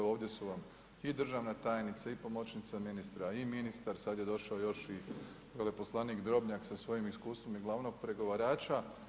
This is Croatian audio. Ovdje su vam i državna tajnica i pomoćnica ministra i ministar, sada je došao još i veleposlanik Drobnjak sa svojim iskustvom i glavnog pregovarača.